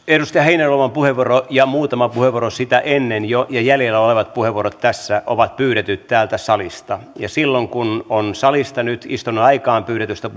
edustaja heinäluoman puheenvuoro ja muutama puheenvuoro sitä ennen jo ja jäljellä olevat puheenvuorot tässä ovat pyydetyt täältä salista ja silloin kun on salista nyt istunnon aikaan pyydetystä